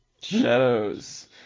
Shadows